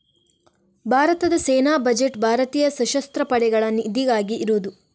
ಭಾರತದ ಸೇನಾ ಬಜೆಟ್ ಭಾರತೀಯ ಸಶಸ್ತ್ರ ಪಡೆಗಳ ನಿಧಿಗಾಗಿ ಇರುದು